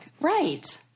right